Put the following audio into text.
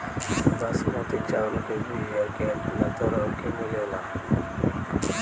बासमती चावल के बीया केतना तरह के मिलेला?